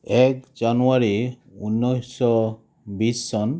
এক জানুৱাৰী ঊনৈছশ বিশ চন